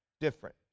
different